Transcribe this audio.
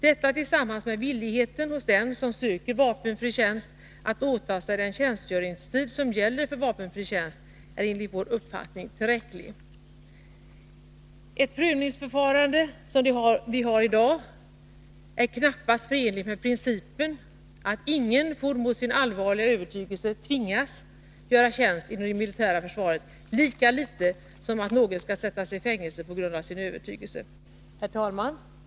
Detta tillsammans med villighet hos den som söker vapenfri tjänst att åta sig den tjänstgöringstid som gäller för vapenfri tjänst är enligt vår uppfattning tillräckligt. Ett prövningsförfarande som det vi i dag har är knappast förenligt med principen att ingen får mot sin allvarliga övertygelse tvingas göra tjänst inom det militära försvaret, lika litet som att någon skall sättas i fängelse på grund av sin övertygelse. Herr talman!